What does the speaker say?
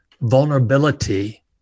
vulnerability